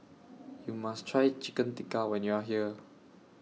YOU must Try Chicken Tikka when YOU Are here